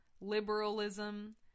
liberalism